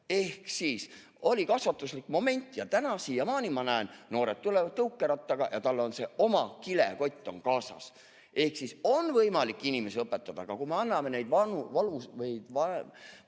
Ehk siis oli kasvatuslik moment. Ja ma siiamaani näen, et noored tulevad tõukerattaga ja neil on oma kilekott kaasas. Ehk siis on võimalik inimesi õpetada. Aga kui me anname vanu